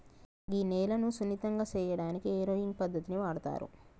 గీ నేలను సున్నితంగా సేయటానికి ఏరోయింగ్ పద్దతిని వాడుతారు